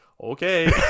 okay